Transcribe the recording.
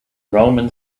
roman